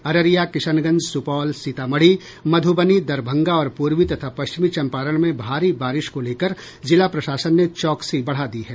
अररिया किशनगंज सुपौल सीतामढ़ी मधुबनी दरभंगा और पूर्वी तथा पश्चिमी चंपारण में भारी बारिश को लेकर जिला प्रशासन ने चौकसी बढ़ा दी है